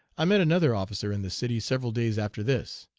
i met another officer in the city several days after this.